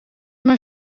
mijn